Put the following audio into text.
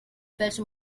welchem